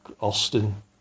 Austin